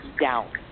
down